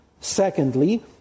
Secondly